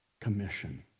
commission